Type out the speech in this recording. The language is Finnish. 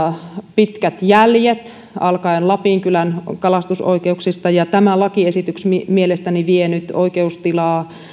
pitkät jäljet alkaen lapinkylän kalastusoikeuksista ja tämä lakiesitys mielestäni vie nyt oikeustilaa